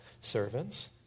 servants